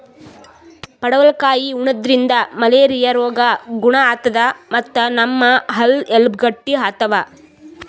ಪಡವಲಕಾಯಿ ಉಣಾದ್ರಿನ್ದ ಮಲೇರಿಯಾ ರೋಗ್ ಗುಣ ಆತದ್ ಮತ್ತ್ ನಮ್ ಹಲ್ಲ ಎಲಬ್ ಗಟ್ಟಿ ಆತವ್